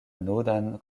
nudan